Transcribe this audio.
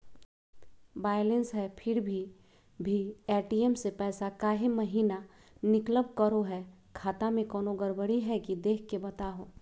Balance है फिर भी भी ए.टी.एम से पैसा काहे महिना निकलब करो है, खाता में कोनो गड़बड़ी है की देख के बताहों?